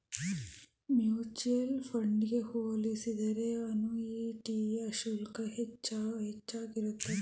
mutual fund ಗೆ ಹೋಲಿಸಿದರೆ ಅನುಯಿಟಿಯ ಶುಲ್ಕ ಹೆಚ್ಚಾಗಿರುತ್ತದೆ